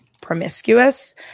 promiscuous